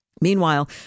Meanwhile